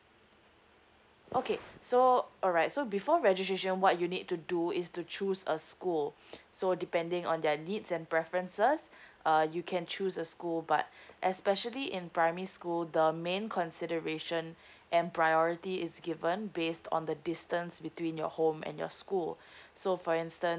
okay so alright so before registration what you need to do is to choose a school so depending on their needs and preferences uh you can choose a school but especially in primary school the main consideration and priority is given based on the distance between your home and your school so for instance